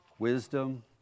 Wisdom